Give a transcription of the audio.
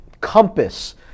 compass